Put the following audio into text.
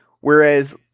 Whereas